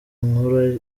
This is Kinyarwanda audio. nkuru